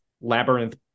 labyrinth